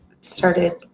started